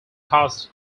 caused